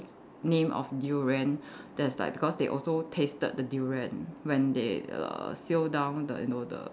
name of durian there's like because they also tasted the durian when they err sail down the you know the